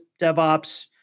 DevOps